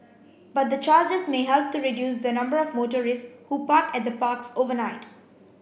but the charges may help to reduce the number of motorists who park at the parks overnight